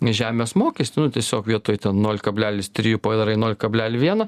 žemės mokestį nu tiesiog vietoj nol kablelis trijų padarai nol kablelį vieną